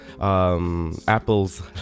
Apple's